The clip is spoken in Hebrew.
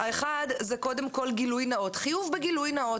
קודם כל חיוב בגילוי נאות.